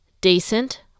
decent